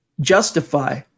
justify